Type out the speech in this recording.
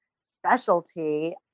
specialty